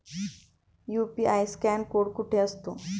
UPI scan code कुठे असतो?